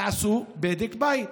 תעשו בדק בית.